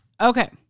okay